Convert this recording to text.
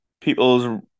people's